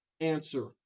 Answer